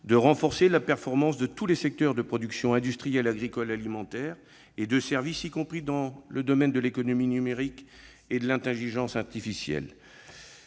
de renforcer la performance de tous les secteurs de production industrielle, agricole, alimentaire et de services, y compris dans les domaines de l'économie numérique et de l'intelligence artificielle.